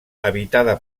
habitada